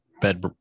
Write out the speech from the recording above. bed